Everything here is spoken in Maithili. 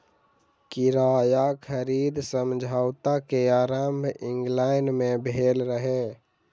किराया खरीद समझौता के आरम्भ इंग्लैंड में भेल रहे